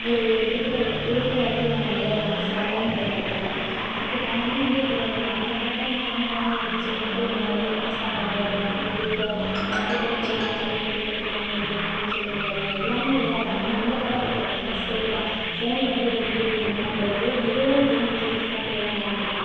ஒரு ஒரு குறிப்பிட்ட இடத்தில் உள்ளவங்கள மரியாதை இல்லாமல் பேசுவது அது மாதிரி நிறைய நடந்துகிட்டாங்க அப்படி காரணமே வந்து இப்போது அந்த காலத்திலே என்ன பண்ணணும்னா குழந்தைங்க இருந்துச்சு அப்படின்னா போய் அந்த இது கிச்சு தாம்பாலம் விளையாடுங்க போய்விட்டு ச பூ பறிக்க நானும் போகிறேன் பூ பறிக்க நானும் வருகிறேன் அப்படின் சொல்லிட்டு விளையாடுங்க எல்லாமே விளையாடுகிறாங்க ஆனால் இந்த காலகட்டத்தில் பார்த்திங்கனா செல்லு தான் ஃபோனில் வந்து ஏதோ ஒரு வீடியோ கேமோ இல்லை ஏதோ ஏதோ ஒரு கேம் ஏற்றி வெச்சுட்டு ஃபோன்லேயே தான் விளையாண்டுகிட்ருக்காங்க